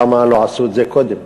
למה לא עשו את זה קודם,